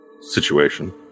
Situation